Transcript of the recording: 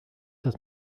dass